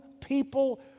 people